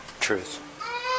Truth